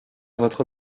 votre